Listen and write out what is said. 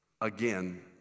Again